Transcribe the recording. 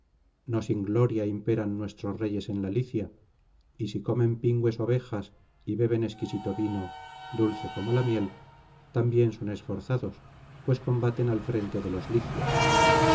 no sin gloria imperan mies tros reyes en la licia y si conten pingües ovejas y beben exquisito vino dulce como la miel tatubién son esorzados pues combaten al frente de los licios